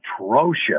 atrocious